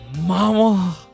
Mama